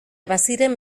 baziren